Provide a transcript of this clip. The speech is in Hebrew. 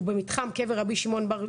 ובמתחם קבר רבי שמעון בר יוחאי,